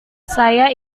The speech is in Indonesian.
saya